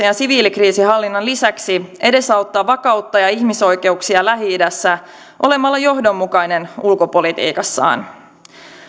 ja siviilikriisinhallinnan lisäksi edesauttaa vakautta ja ihmisoikeuksia lähi idässä olemalla johdonmukainen ulkopolitiikassaan